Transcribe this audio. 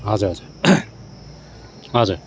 हजुर हजुर हजुर